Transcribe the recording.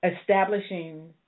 establishing